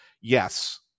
Yes